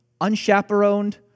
unchaperoned